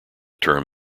term